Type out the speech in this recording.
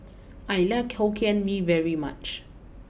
I like Hokkien Mee very much